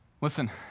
Listen